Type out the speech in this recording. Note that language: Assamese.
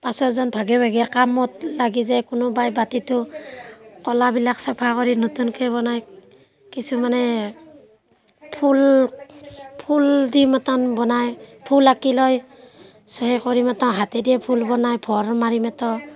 পাঁচজনে ভাগে ভাগে কামত লাগি যায় কোনোবাই বাটিটো ক'লাবিলাক চাফা কৰি নতুনকৈ বনায় কিছুমানে ফুল ফুল দি মতন বনায় ফুল আঁকি লয় সেই কৰি মাত্ৰ হাতে দিয়েই ফুল বনায় মাৰি